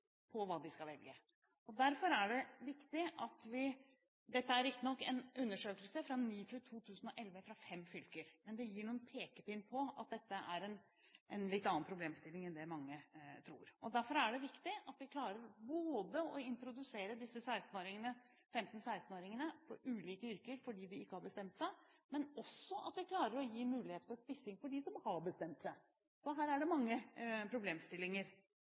det viktig – dette er riktignok en undersøkelse fra NIFU 2011fra fem fylker, men den gir en pekepinn på at dette er en litt annen problemstilling enn mange tror – at vi klarer både å introdusere disse 15–16-åringene for ulike yrker fordi de ikke har bestemt seg, og at vi også klarer å gi mulighet for spissing for dem som har bestemt seg. Så her er det mange problemstillinger